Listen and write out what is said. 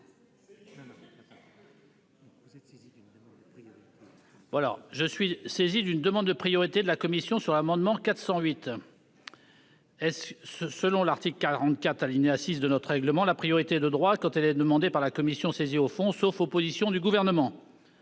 Je suis saisi d'une demande de priorité de la commission sur l'amendement n° 408. Selon l'article 44, alinéa 6, de notre règlement, la priorité est de droit quand elle est demandée par la commission saisie au fond, sauf opposition du Gouvernement.